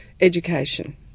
education